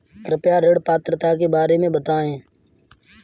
कृपया ऋण पात्रता के बारे में बताएँ?